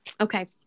Okay